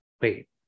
Wait